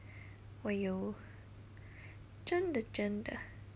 我有真的真的